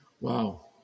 wow